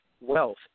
wealth